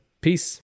Peace